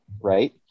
right